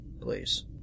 please